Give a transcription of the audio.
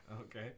Okay